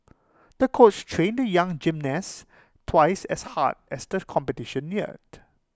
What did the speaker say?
the coach trained the young gymnast twice as hard as the competition neared